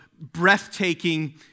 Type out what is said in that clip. breathtaking